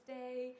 day